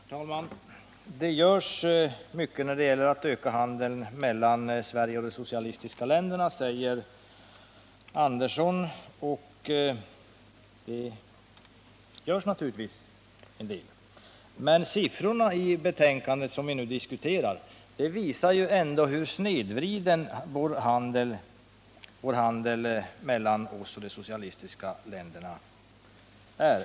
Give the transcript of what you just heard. Herr talman! Det görs mycket för att öka handeln mellan Sverige och de socialistiska länderna, säger Sven Andersson. Det görs naturligtvis en del, men siffrorna i det betänkande som vi nu diskuterar visar ändå hur snedvriden vår handel med de socialistiska länderna är.